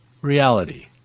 reality